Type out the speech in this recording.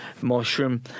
mushroom